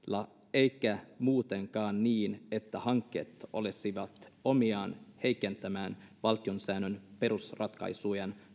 eikä muutenkaan niin että hankkeet olisivat omiaan heikentämään valtiosäännön perusratkaisujen